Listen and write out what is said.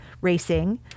racing